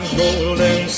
golden